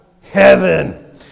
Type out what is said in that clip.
heaven